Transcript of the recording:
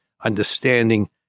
understanding